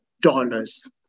dollars